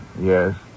Yes